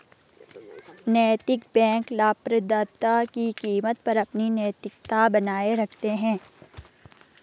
नैतिक बैंक लाभप्रदता की कीमत पर अपनी नैतिकता बनाए रखते हैं